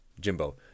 Jimbo